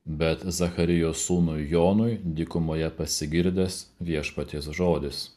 bet zacharijo sūnui jonui dykumoje pasigirdęs viešpaties žodis